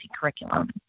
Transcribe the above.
curriculum